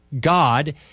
God